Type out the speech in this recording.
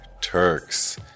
Turks